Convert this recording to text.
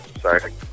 Sorry